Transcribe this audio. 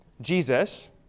Jesus